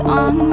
on